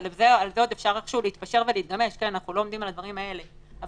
אבל משנת --- שירות בתי הסוהר,